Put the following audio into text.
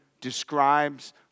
describes